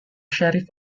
sheriff